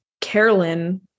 Carolyn